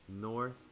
North